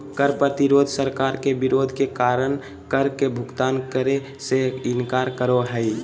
कर प्रतिरोध सरकार के विरोध के कारण कर के भुगतान करे से इनकार करो हइ